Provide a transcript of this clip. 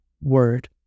word